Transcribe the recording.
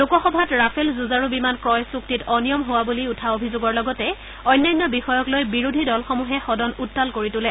লোকসভাত ৰাফেল যুঁজাৰু বিমান ক্ৰয় চুক্তিত অনিয়ম হোৱা বুলি উঠা অভিযোগৰ লগতে অন্যান্য বিষয়ক লৈ বিৰোধী দলসমূহে সদন উত্তাল কৰি তোলে